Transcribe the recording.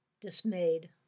dismayed